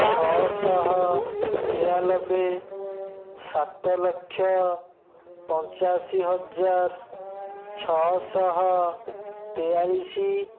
ଛଅଶହ ତେୟାନବେ ସାତଲକ୍ଷ ପଞ୍ଚାଅଶୀ ହଜାର ଛଅଶହ ତେୟାଳିଶ